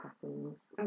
patterns